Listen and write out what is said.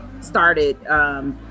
started